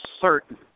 certain